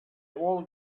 all